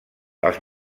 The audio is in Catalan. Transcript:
els